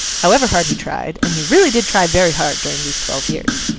however hard he tried and he really did try very hard during these twelve years.